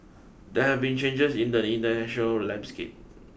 there have been changes in the international landscape